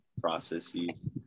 processes